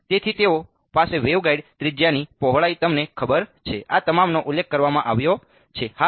તેથી તેઓ પાસે વેવગાઈડ ત્રિજ્યાની પહોળાઈ તમને ખબર છે આ તમામનો ઉલ્લેખ કરવામાં આવ્યો છે